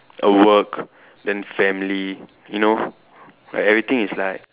a work then family you know where everything is like